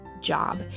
job